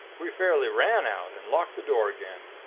we fairly ran out, and locked the door again.